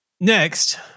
next